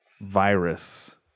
virus